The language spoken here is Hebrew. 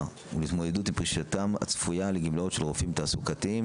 ולהתמודדות עם פרישתם הצפויה לגמלאות של רופאים תעסוקתיים,